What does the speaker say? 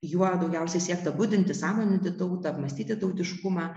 juo daugiausiai siekta budinti sąmoninti tautą apmąstyti tautiškumą